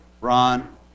Ron